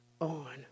on